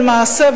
על מעשה,